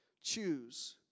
choose